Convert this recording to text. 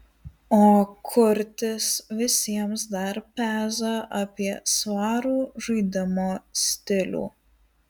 o kurtis visiems dar peza apie svarų žaidimo stilių